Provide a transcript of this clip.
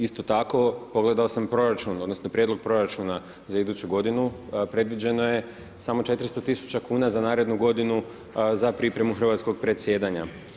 Isto tako, pogledao sam proračun, odnosno prijedlog proračuna za iduću godinu predviđeno je samo 400 tisuća kuna za narednu godinu za pripremu hrvatskog predsjedanja.